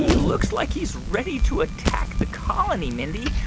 he looks like he's ready to attack the colony, mindy.